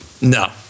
No